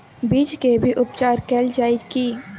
बीज के भी उपचार कैल जाय की?